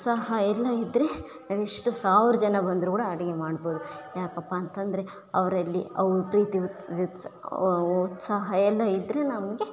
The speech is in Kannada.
ಉತ್ಸಾಹ ಎಲ್ಲ ಇದ್ರೆ ನಾವು ಎಷ್ಟು ಸಾವ್ರ ಜನ ಬಂದರು ಕೂಡ ಅಡುಗೆ ಮಾಡಬೋದು ಯಾಕಪ್ಪ ಅಂತಂದ್ರೆ ಅವ್ರಲ್ಲಿ ಅವ್ರ ಪ್ರೀತಿ ಉತ್ಸ ಉತ್ಸ ಉತ್ಸಾಹ ಎಲ್ಲ ಇದ್ರೆ ನಮಗೆ